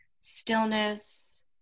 stillness